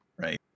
right